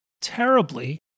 terribly